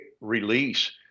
release